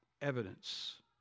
evidence